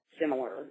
similar